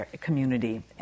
community